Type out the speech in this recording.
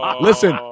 listen